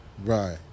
Right